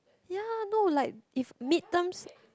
ya look like if mid terms